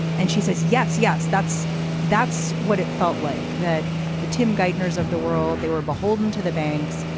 and she says yes. yes that's that's what it felt like that the tim geithner's of the world they were beholden to the banks.